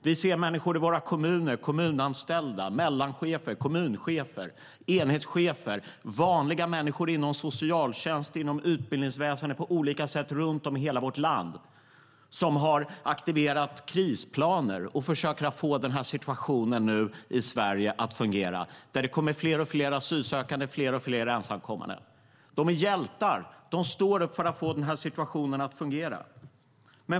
Vi ser människor i våra kommuner, kommunanställda, mellanchefer, kommunchefer, enhetschefer och vanliga människor inom socialtjänst och inom utbildningsväsen runt om i hela vårt land som på olika sätt har aktiverat krisplaner och nu försöker få situationen i Sverige att fungera när det kommer fler och fler asylsökande och fler och fler ensamkommande. De är hjältar; de står upp för att få situationen att fungera.